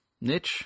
niche